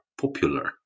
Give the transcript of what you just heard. popular